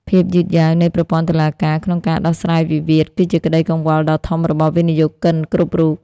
ភាពយឺតយ៉ាវនៃប្រព័ន្ធតុលាការក្នុងការដោះស្រាយវិវាទ គឺជាក្តីកង្វល់ដ៏ធំរបស់វិនិយោគិនគ្រប់រូប។